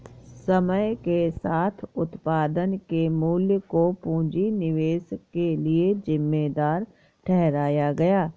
समय के साथ उत्पादन के मूल्य को पूंजी निवेश के लिए जिम्मेदार ठहराया गया